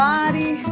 Body